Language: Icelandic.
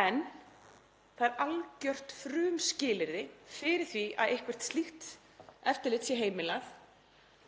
En algjört frumskilyrði fyrir því að eitthvert slíkt eftirlit sé heimilað